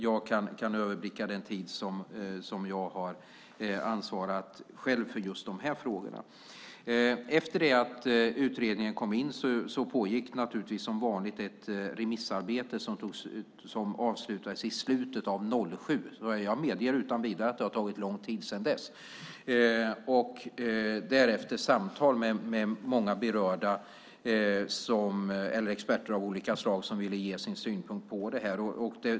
Jag kan överblicka den tid som jag själv har ansvarat för just de här frågorna. Efter det att utredningen kom in pågick som vanligt ett remissarbete som avslutades i slutet av 2007. Jag medger utan vidare att det har tagit lång tid sedan dess. Därefter fördes samtal med många berörda och experter av olika slag som ville ge sin synpunkt på det här.